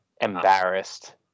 embarrassed